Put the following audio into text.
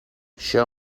show